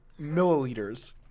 Milliliters